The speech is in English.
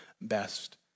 best